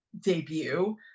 debut